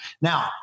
Now